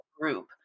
group